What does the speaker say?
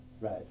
Right